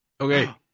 Okay